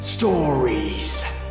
Stories